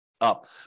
up